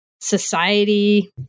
society